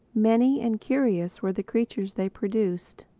many and curious were the creatures they produced.